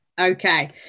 Okay